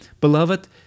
beloved